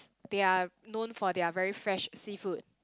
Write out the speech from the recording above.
they're known for their very fresh seafood